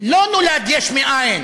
לא נולד יש מאין,